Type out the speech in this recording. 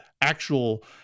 actual